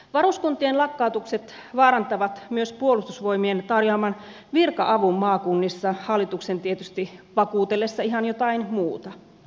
varuskuntien lakkautukset vaarantavat myös puolustusvoimien tarjoaman virka avun maakunnissa hallituksen tietysti vakuutellessa ihan jotain muuta